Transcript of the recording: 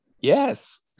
Yes